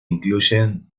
incluyen